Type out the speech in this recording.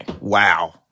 Wow